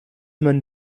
man